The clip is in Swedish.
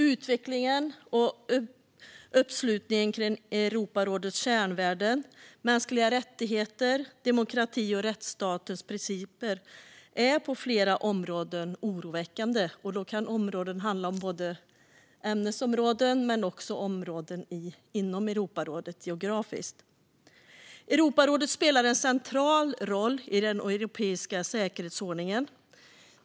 Utvecklingen av och uppslutningen kring Europarådets kärnvärden mänskliga rättigheter, demokrati och rättsstatens principer är på flera områden oroväckande. Det kan handla om Europarådets ämnesområden men också dess geografiska områden. Europarådet spelar en central roll i den europeiska säkerhetsordningen.